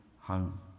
home